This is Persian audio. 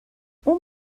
اون